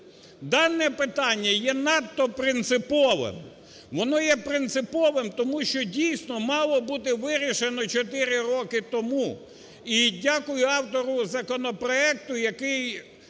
Дане питання є надто принциповим, воно є принциповим, тому що дійсно мало бути вирішено 4 роки тому. І дякую автору законопроекту, який